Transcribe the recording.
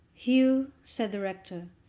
hugh, said the rector,